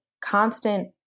constant